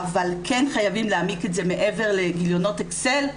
אבל כן חייבים להעמיק את זה מעבר לגליונות אקסל,